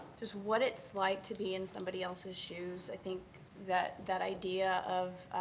just what it's like to be in somebody else's shoes, i think that that idea of